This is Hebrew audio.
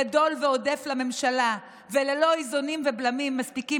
גדול ועודף לממשלה וללא איזונים ובלמים מספיקים